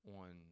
on